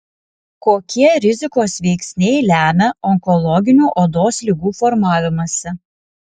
kokie rizikos veiksniai lemia onkologinių odos ligų formavimąsi